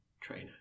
trainer